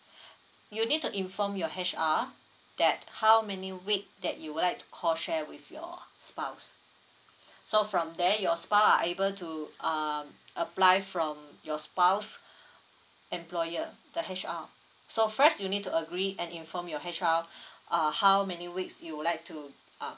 you need to inform your H_R that how many week that you would like to call share with your spouse so from there your spouse are able to um apply from your spouse employer the H_R so first you need to agree and inform your H_R err how many weeks you would like to uh